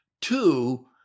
two